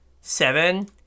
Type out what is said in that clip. seven